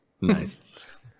Nice